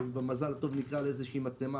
ובמזל טוב נקלע לאיזושהי מצלמה,